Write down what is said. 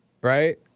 right